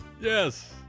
Yes